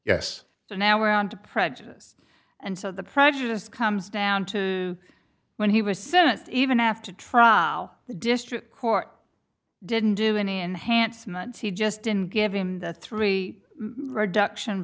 yes so now we're on to prejudice and so the prejudice comes down to when he was sentenced even after a trial the district court didn't do any enhancements he just didn't give him the three reduction